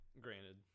granted